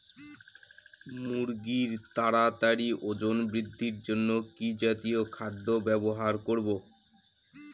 মুরগীর তাড়াতাড়ি ওজন বৃদ্ধির জন্য কি জাতীয় খাদ্য ব্যবহার করব?